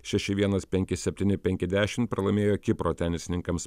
šeši vienas penki septyni penki dešim pralaimėjo kipro tenisininkams